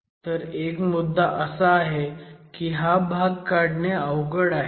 तर एक मुद्दा असा आहे की हा भाग काढणे अवघड आहे